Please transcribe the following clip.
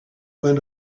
went